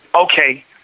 Okay